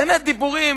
באמת דיבורים,